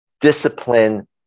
discipline